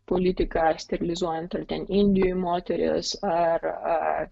politika sterilizuojant ar ten indijoj moteris ar